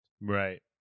Right